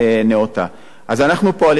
אנחנו מכירים בצורך,